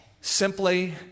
Simply